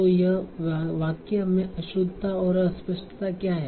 तो यहाँ वाक्य में अशुद्धता और अस्पष्टता क्या है